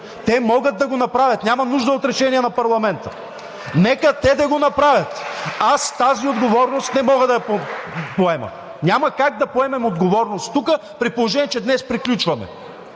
Те могат да го направят, няма нужда от решение на парламента! (Ръкопляскания от ГЕРБ-СДС.) Нека те да го направят! Аз тази отговорност не мога да я поема! Няма как да поемем отговорност тук, при положение че днес приключваме.